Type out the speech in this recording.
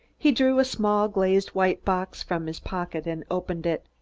he drew a small, glazed white box from his pocket and opened it.